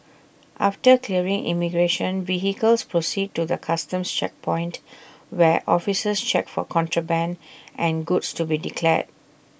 after clearing immigration vehicles proceed to the Customs checkpoint where officers check for contraband and goods to be declared